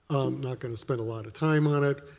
not going to spend a lot of time on it.